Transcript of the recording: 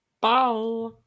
Bye